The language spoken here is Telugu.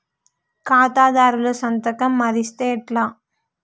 ఖాతాదారుల సంతకం మరిస్తే ఎట్లా?